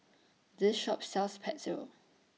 This Shop sells Pretzel